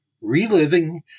Reliving